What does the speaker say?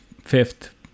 fifth